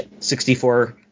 64